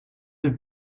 sept